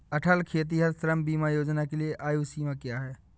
अटल खेतिहर श्रम बीमा योजना के लिए आयु सीमा क्या है?